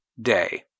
day